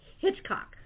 Hitchcock